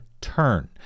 turn